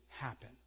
happen